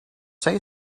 say